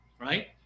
right